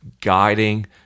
guiding